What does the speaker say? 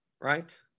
right